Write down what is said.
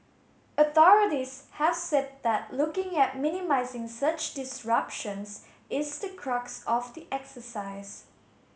authorities have said that looking at minimising such disruptions is the crux of the exercise